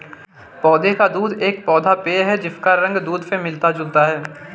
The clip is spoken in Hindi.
पौधे का दूध एक पौधा पेय है जिसका रंग दूध से मिलता जुलता है